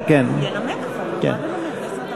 בדבר מס ערך מוסף ושיעור המס על מלכ"רים ומוסדות כספיים,